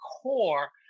core